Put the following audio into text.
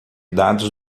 dados